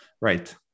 Right